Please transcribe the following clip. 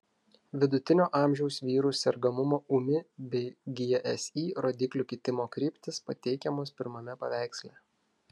vidutinio amžiaus vyrų sergamumo ūmi bei gsi rodiklių kitimo kryptys pateikiamos pirmame paveiksle